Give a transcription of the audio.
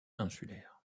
insulaires